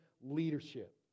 leadership